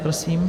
Prosím.